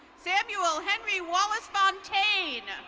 samuel henry wallace von tane.